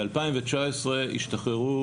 רואים שבשנת 2019 השתחררו